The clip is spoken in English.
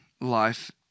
life